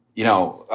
you know,